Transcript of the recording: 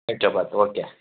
chow chow bath okay